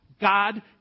God